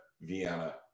Vienna